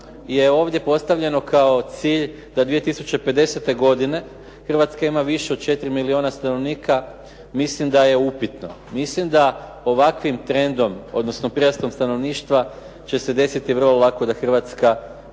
je ovdje postavljeno kao cilj do 2050 godine Hrvatska ima više od 4 milijona stanovnika, mislim da je upitno. Mislim da ovakvim trendom, odnosno prirastom stanovništva će se desiti vrlo lako da Hrvatska